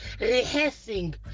rehearsing